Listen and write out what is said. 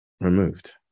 removed